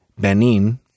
Benin